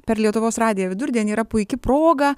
per lietuvos radijo vidurdienį yra puiki proga